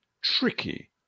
tricky